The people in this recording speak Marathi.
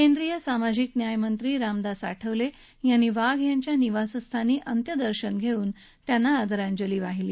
केंद्रीय सामाजिक न्याय राज्यमंत्री रामदास आठवले यांनी त्यांच्या निवासस्थानी अंत्यदर्शन घेऊन त्यांना श्रद्धांजली वाहिली